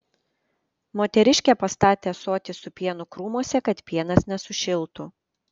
moteriškė pastatė ąsotį su pienu krūmuose kad pienas nesušiltų